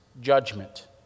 judgment